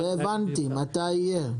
מתי יהיה?